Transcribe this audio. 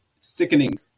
sickening